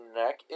neck